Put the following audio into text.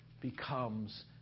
becomes